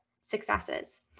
successes